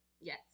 Yes